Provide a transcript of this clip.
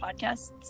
podcasts